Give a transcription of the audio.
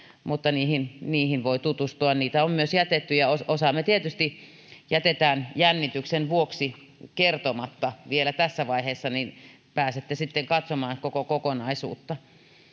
mutta niihin niihin voi tutustua niitä on myös jätetty ja osan me tietysti jätämme jännityksen vuoksi kertomatta vielä tässä vaiheessa niin pääsette sitten katsomaan koko kokonaisuutta